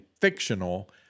Fictional